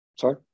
Sorry